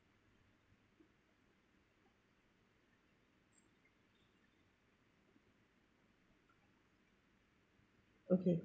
okay